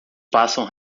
passam